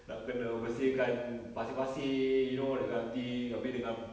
nak kena bersihkan pasir-pasir you know that kind of thing habis dengan